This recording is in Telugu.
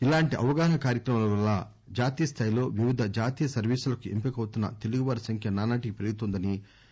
ఇలాంటి అవగాహనా కార్యక్రమాల వల్ల జాతీయ స్లాయిలో వివిధ జాతీయ సర్వీసులకు ఎంపిక అవుతున్న తెలుగువారి సంఖ్య నానాటికీ పెరుగుతోందని పేర్కొన్నారు